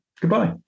goodbye